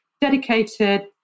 dedicated